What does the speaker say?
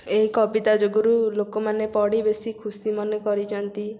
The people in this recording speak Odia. ଏହି କବିତା ଯୋଗୁଁରୁ ଲୋକମାନେ ପଢ଼ି ବେଶୀ ଖୁସି ମନେ କରିଛନ୍ତି